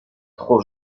trop